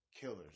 Killers